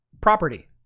property